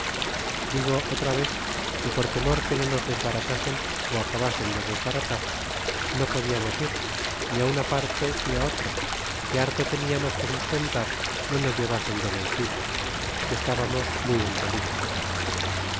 digo otra vez que por temor que no nos desbaratasen ó acabasen de desbaratar no podíamos ir ni a una parte ni otra que harto teniamos que sustentar no nos llevasen de vencida que estábamos muy en peligro